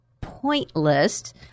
pointless